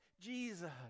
Jesus